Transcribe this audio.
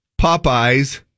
Popeyes